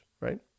right